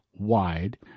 Wide